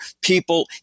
people